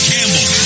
Campbell